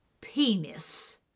penis